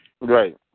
Right